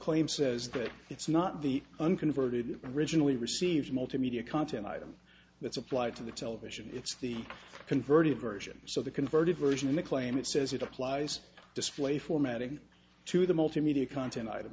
claim says that it's not the unconverted originally received multimedia content item that's applied to the television it's the converted version so the converted version of the claim it says it applies display formatting to the multimedia content item